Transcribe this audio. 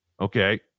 okay